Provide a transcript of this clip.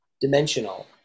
dimensional